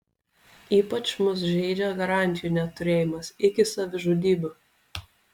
ypač mus žeidžia garantijų neturėjimas iki savižudybių